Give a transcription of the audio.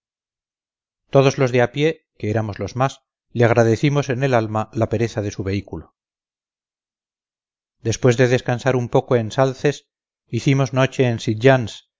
todos los de a pie que éramos los más le agradecimos en el alma la pereza de su vehículo después de descansar un poco en salces hicimos noche en